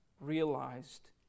realized